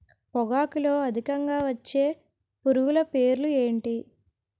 పొగాకులో అధికంగా వచ్చే పురుగుల పేర్లు ఏంటి